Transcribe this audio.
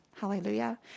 Hallelujah